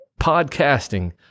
podcasting